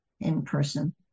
in-person